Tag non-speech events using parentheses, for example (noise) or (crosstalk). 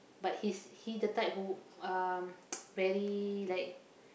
but he's he the type who um (noise) very like